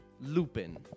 Lupin